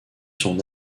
son